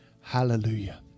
Hallelujah